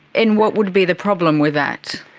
and what would be the problem with that?